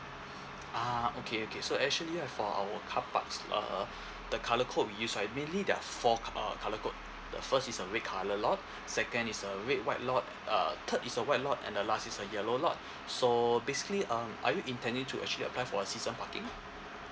ah okay okay so actually uh for our carparks uh the colour code we use right mainly there are four col~ uh colour code the first is a red colour lot second is a red white lot uh third is a white lot and the last is a yellow lot so basically um are you intending to actually apply for a season parking